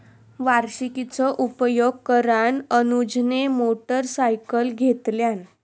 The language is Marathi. वार्षिकीचो उपयोग करान अनुजने मोटरसायकल घेतल्यान